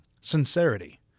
Sincerity